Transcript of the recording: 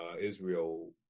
Israel